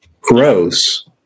gross